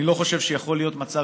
אני לא חושב שיכול להיות מצב